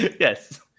Yes